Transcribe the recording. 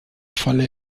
falle